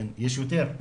יש יותר.